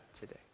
today